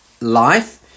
life